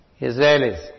Israelis